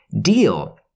deal